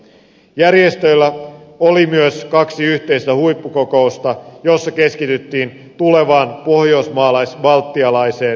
järjestöillä oli myös kaksi yhteistä huippukokousta joissa keskityttiin tulevaan pohjoismais balttilaiseen yhteistyöhön